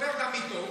ונדבר גם איתו.